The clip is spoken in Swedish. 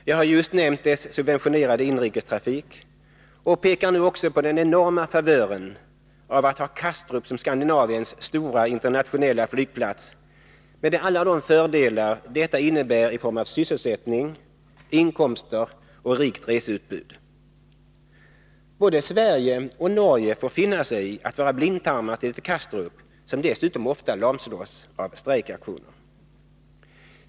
Jag har just nämnt dess subventionerade inrikestrafik och pekar nu också på den enorma favören av att ha Kastrup som Skandinaviens stora internationella flygplats med alla de fördelar detta innebär i form av sysselsättning, inkomster och rikt reseutbud. Både Sverige och Norge får finna sig i att vara blindtarmar till ett Kastrup, som dessutom ofta lamslås av strejkaktioner.